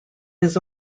his